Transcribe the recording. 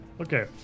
Okay